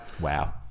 Wow